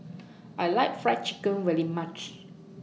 I like Fried Chicken very much